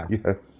yes